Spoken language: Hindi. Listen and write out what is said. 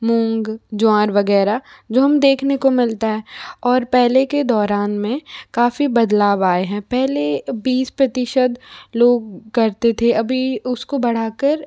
मूँग ज्वार वगैरह जो हमें देखने को मिलता है और पहले के दौरान में काफी बदलाव आए हैं पहले बीस प्रतिशत लोग करते थे अभी उसको बढ़ाकर